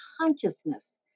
consciousness